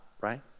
right